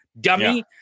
dummy